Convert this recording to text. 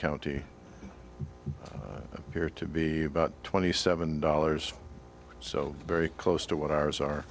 county appear to be about twenty seven dollars so very close to what ours are